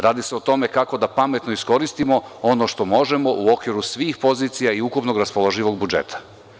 Radi se o tome kako da pametno iskoristimo ono što možemo, u okviru svih pozicija i ukupnog raspoloživog budžeta.